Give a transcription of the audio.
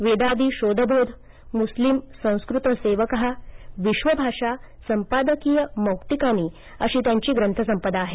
वेदादि शोधबोध मुस्लिम संस्कृत सेवका विश्वभाषा सम्पादकीयमौक्तिकानी अशी त्यांची ग्रथ संपदा आहे